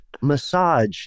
massage